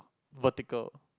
vertical